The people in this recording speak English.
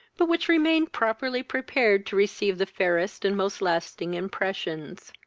but which remained properly prepared to receive the fairest and most lasting impressions.